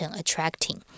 attracting